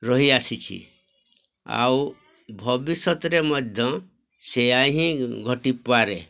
ରହି ଆସିଛି ଆଉ ଭବିଷ୍ୟତରେ ମଧ୍ୟ ସେୟା ହିଁ ଘଟି ପାରେ